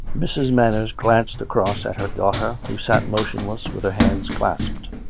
mrs. manners glanced across at her daughter, who sat motionless, with her hands clasped.